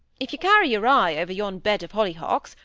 if you carry your eye over yon bed of hollyhocks,